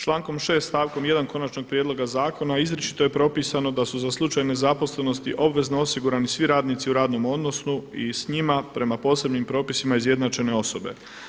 Člankom 6. stavkom 1. Konačnog prijedloga zakona izričito je propisano da su za slučaj nezaposlenosti obvezno osigurani svi radnici u radnom odnosu i s njima prema posebnim propisima izjednačene osobe.